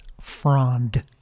Frond